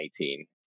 2018